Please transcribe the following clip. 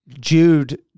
Jude